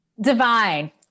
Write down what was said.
Divine